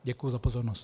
Děkuji za pozornost.